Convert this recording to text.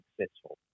successful